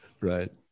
Right